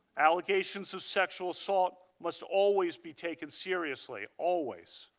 allegations of sexual assault must always be taken seriously. always.